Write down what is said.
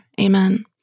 Amen